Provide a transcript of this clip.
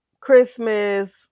christmas